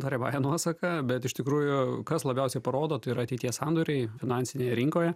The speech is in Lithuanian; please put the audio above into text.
tariamąja nuosaka bet iš tikrųjų kas labiausiai parodo tai yra ateities sandoriai finansinėje rinkoje